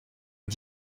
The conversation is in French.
que